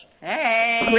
Hey